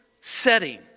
setting